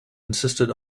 insisted